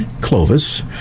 Clovis